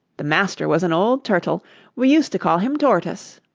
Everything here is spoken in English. the master was an old turtle we used to call him tortoise